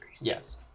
Yes